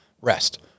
rest